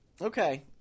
Okay